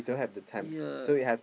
yea